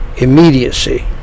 immediacy